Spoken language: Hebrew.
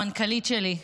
המנכ"לית שלי,